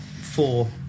four